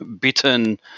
bitten